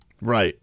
Right